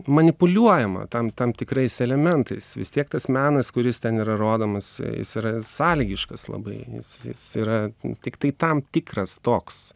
manipuliuojama tam tam tikrais elementais vis tiek tas menas kuris ten yra rodomas jis yra sąlygiškas labai jis jis yra tiktai tam tikras toks